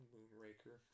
Moonraker